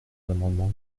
l’amendement